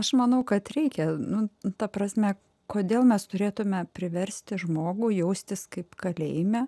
aš manau kad reikia nu ta prasme kodėl mes turėtume priversti žmogų jaustis kaip kalėjime